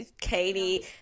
Katie